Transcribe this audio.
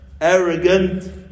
arrogant